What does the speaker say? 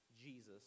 Jesus